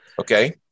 Okay